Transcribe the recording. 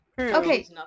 Okay